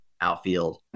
outfield